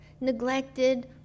neglected